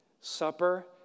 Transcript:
Supper